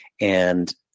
And-